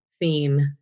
theme